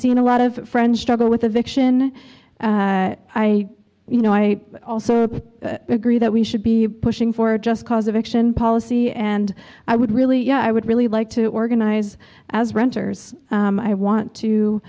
seen a lot of friends struggle with addiction i you know i also agree that we should be pushing for a just cause of action policy and i would really yeah i would really like to organize as renters i want